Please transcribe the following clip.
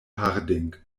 harding